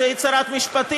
כשהיית שרת משפטים,